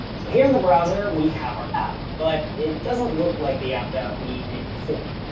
so here in the browser, we have our app, but it doesn't look like the app that we made before.